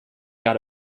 got